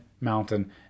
mountain